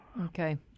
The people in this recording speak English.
Okay